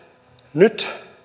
nyt